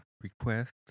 request